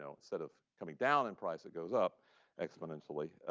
and instead of coming down in price, it goes up exponentially.